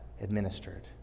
administered